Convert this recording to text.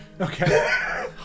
Okay